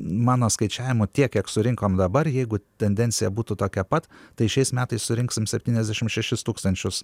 mano skaičiavimu tiek kiek surinkom dabar jeigu tendencija būtų tokia pat tai šiais metais surinksim septyniasdešim šešis tūkstančius